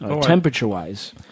temperature-wise